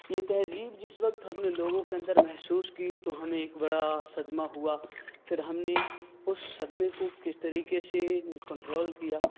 یہ تہذیب جس وقت ہم نے لوگوں کے اندر محسوس کی تو ہمیں ایک بڑا صدمہ ہوا پھر ہم نے اس صدمے کو کس طریقے سے کنٹرول کیا